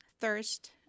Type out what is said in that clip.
thirst